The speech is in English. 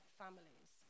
families